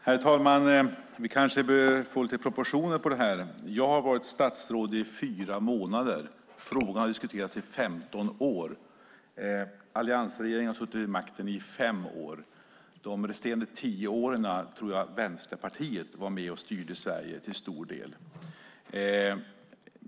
Herr talman! Vi bör kanske få lite proportioner i det här. Jag har varit statsråd i fyra månader. Frågan har diskuterats i 15 år. Alliansregeringen har suttit vid makten i fem år. De resterande tio åren tror jag att Vänsterpartiet till stor del var med och styrde Sverige.